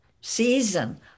season